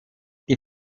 die